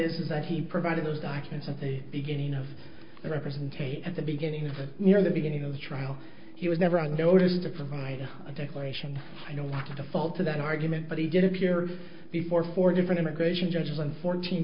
argument is that he provided those documents at the beginning of the representation at the beginning of the near the beginning of the trial he was never on notice to provide a declaration i don't want to default to that argument but he did appear before four different immigration judges and fourteen